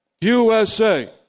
USA